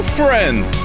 friends